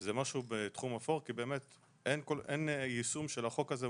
זה תחום אפור כי אין יישום של החוק הזה,